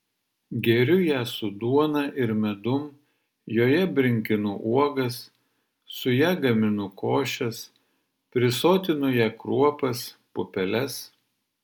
geriu ją su duona ir medum joje brinkinu uogas su ja gaminu košes prisotinu ja kruopas pupeles